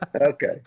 okay